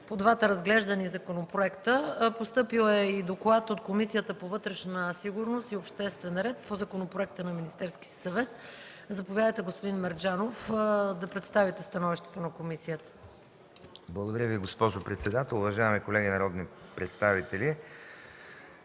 по двата разглеждани законопроекта. Постъпил е и доклад от Комисията по вътрешна сигурност и обществен ред по законопроекта на Министерския съвет. Заповядайте, господин Мерджанов, да представите становището на комисията. ДОКЛАДЧИК АТАНАС МЕРДЖАНОВ: Благодаря Ви, госпожо председател. Уважаеми колеги народни представители!